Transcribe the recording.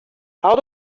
how